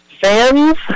Fans